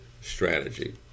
strategy